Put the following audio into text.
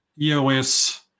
EOS